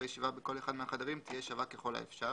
בישיבה בכל אחד מהחדרים תהיה שווה ככל האפשר